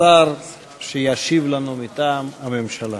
השר שישיב לנו מטעם הממשלה.